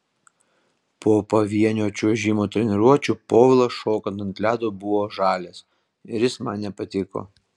po pavienio čiuožimo treniruočių povilas šokant ant ledo buvo žalias ir jis man nepatiko